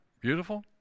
beautiful